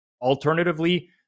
Alternatively